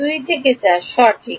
2 থেকে 4 সঠিক